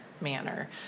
manner